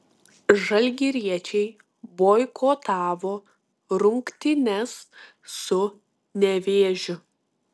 žalgiriečiai boikotavo rungtynes su nevėžiu